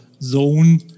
zone